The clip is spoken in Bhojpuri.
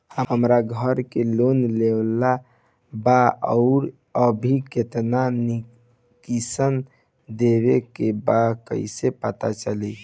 हमरा घर के लोन लेवल बा आउर अभी केतना किश्त देवे के बा कैसे पता चली?